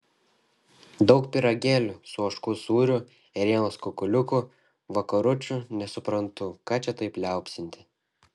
daug pyragėlių su ožkų sūriu ėrienos kukuliukų vakaručių nesuprantu ką čia taip liaupsinti